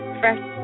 fresh